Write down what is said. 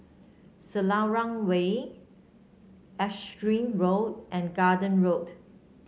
Selarang Way Erskine Road and Garden Road